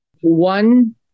One